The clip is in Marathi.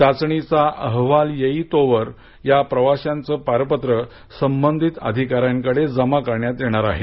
चाचणी चा अहवाल येईतोवर या प्रवाशांचं पारपत्र संबंधित अधिकाऱ्यांकडे जमा करण्यात येणार आहे